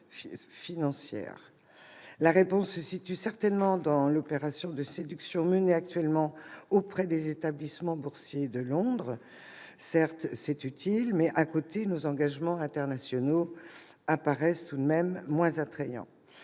La réponse se situe certainement dans l'opération de séduction menée actuellement auprès des établissements boursiers de Londres. Cela peut s'avérer utile, mais au détriment de nos engagements internationaux qui apparaissent alors moins attrayants